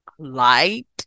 light